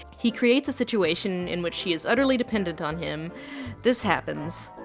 he creates a situation in which she is utterly dependent on him this happens